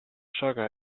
sugar